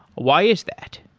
why is that?